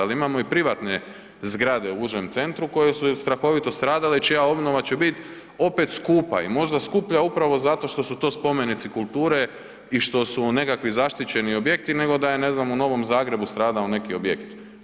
Ali, imamo i privatne zgrade u užem centru koje su strahovito stradale i čija obnova će bit opet skupa, i možda skuplja upravo zato što su to spomenici kulture i što su nekakvi zaštićeni objekti nego da je, ne zna, u Novom Zagrebu stradao neki objekt.